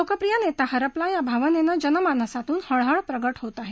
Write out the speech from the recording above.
लोकप्रिय नेता हरपला या भावनेनं जनमानसातून हळहळ प्रकट होत आहे